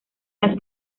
las